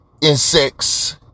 insects